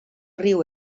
riu